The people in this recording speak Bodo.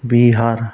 बिहार